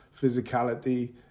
physicality